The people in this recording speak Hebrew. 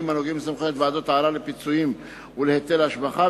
הנוגעים לסמכויות ועדות הערר לפיצויים ולהיטל השבחה,